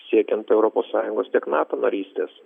siekiant europos sąjungos tiek nato narystės